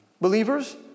believers